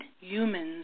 humans